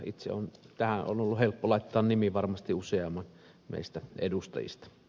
tähän on ollut helppo laittaa nimi varmasti useamman meistä edustajista